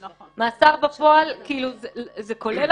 מאסר בפועל זה לא אומר